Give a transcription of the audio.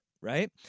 right